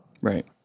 Right